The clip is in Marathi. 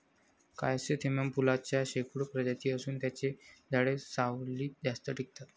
क्रायसॅन्थेमम फुलांच्या शेकडो प्रजाती असून त्यांची झाडे सावलीत जास्त टिकतात